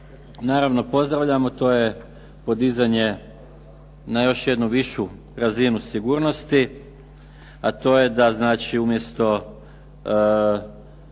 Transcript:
naravno pozdravljamo to je podizanje na još jednu višu razinu sigurnosti, a to je da znači umjesto